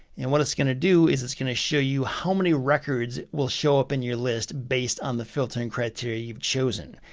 and what it's going to do is it's going to show you how many records will show up in your list based on the filtering criteria you've chosen.